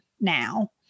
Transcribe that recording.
now